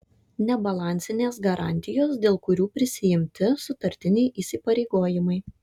nebalansinės garantijos dėl kurių prisiimti sutartiniai įsipareigojimai